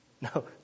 No